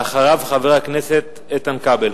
ואחריו, חבר הכנסת איתן כבל.